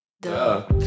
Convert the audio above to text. Duh